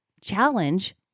challenge